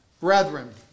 Brethren